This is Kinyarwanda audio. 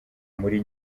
muri